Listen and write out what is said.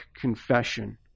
confession